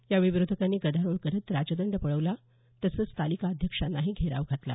यावेळी विरोधकांनी गदारोळ करत राजदंड पळवला तसंच तालिका अध्यक्षांनाही घेराव घातला